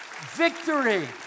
Victory